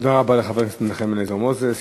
תודה רבה לחבר הכנסת מנחם אליעזר מוזס.